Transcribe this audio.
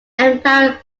emperor